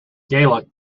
gaelic